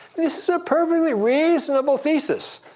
this is a perfectly reasonable thesis,